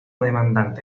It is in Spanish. demandante